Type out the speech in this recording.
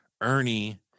Ernie